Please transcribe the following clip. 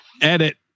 Edit